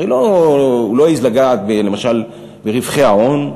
הרי הוא לא העז לגעת למשל ברווחי ההון,